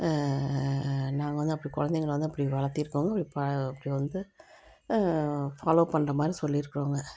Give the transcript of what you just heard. நாங்கள் வந்து அப்படி குழந்தைங்கள வந்து அப்படி வளர்த்திருக்கோங்க அப்படி வந்து ஃபாலோ பண்ற மாதிரி சொல்லியிருக்குறோங்க